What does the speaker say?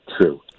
true